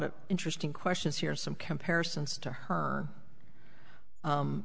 of interesting questions here some comparisons to her